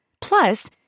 Plus